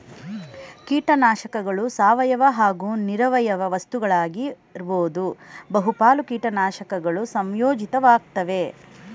ಕೀಟನಾಶಕಗಳು ಸಾವಯವ ಹಾಗೂ ನಿರವಯವ ವಸ್ತುಗಳಾಗಿರ್ಬೋದು ಬಹುಪಾಲು ಕೀಟನಾಶಕಗಳು ಸಂಯೋಜಿತ ವಾಗಯ್ತೆ